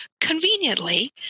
Conveniently